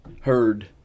heard